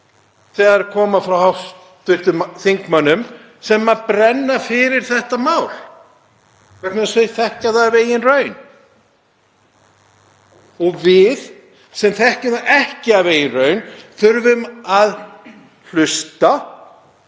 þær koma frá hv. þingmönnum sem brenna fyrir þessu máli vegna þess að þau þekkja það af eigin raun. Við sem þekkjum það ekki af eigin raun þurfum að hlusta